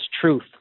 truth